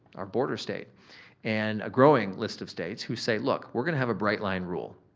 our border state and a growing list of states who say look we're gonna have a bright-line rule.